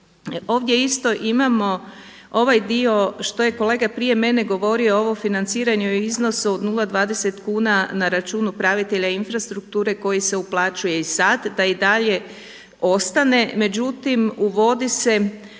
Ovdje isto imamo ovaj dio što je kolega prije mene govorio ovo financiranje u iznosu od 0,20 kuna na računu upravitelja infrastrukture koji se uplaćuje i sad da i dalje ostane. Međutim, uvodi se